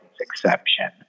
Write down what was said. exception